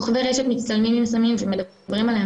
כוכבי רשת מצטלמים עם סמים ומדברים עליהם